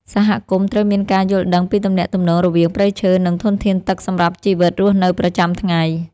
សហគមន៍ត្រូវមានការយល់ដឹងពីទំនាក់ទំនងរវាងព្រៃឈើ និងធនធានទឹកសម្រាប់ជីវិតរស់នៅប្រចាំថ្ងៃ។